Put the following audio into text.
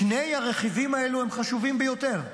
שני הרכיבים האלה הם חשובים ביותר.